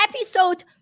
episode